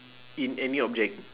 in any object